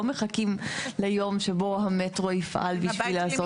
לא מחכים ליום שבו המטרו יפעל בשביל לעשות.